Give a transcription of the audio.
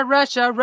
Russia